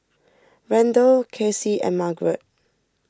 Randall Casey and Margaret